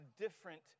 different